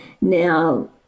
now